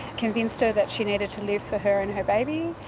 convinced her that she needed to live for her and her baby,